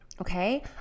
okay